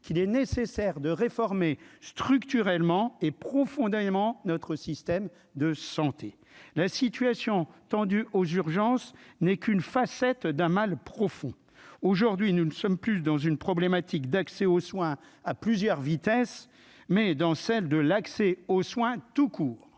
qu'il est nécessaire de réformer structurellement et profondément notre système de santé la situation tendue aux urgences n'est qu'une facette d'un mal profond, aujourd'hui nous ne sommes plus dans une problématique d'accès aux soins à plusieurs vitesses, mais dans celle de l'accès aux soins tout court.